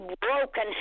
broken